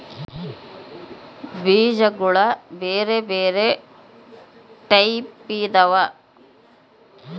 ಬೀಜಗುಳ ಬೆರೆ ಬೆರೆ ಟೈಪಿದವ